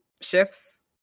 shifts